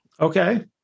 Okay